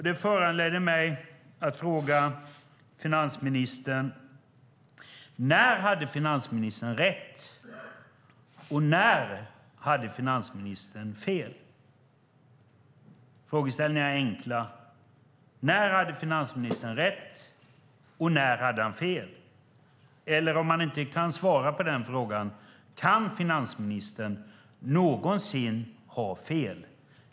Det föranleder mig att fråga finansministern: När hade finansministern rätt och när hade finansministern fel? Frågorna är enkla. När hade finansministern rätt och när hade han fel? Om han inte kan svara på den frågan undrar jag: Kan finansministern någonsin ha fel?